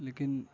لیکن